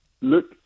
look